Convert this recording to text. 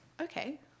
okay